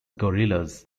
gorillas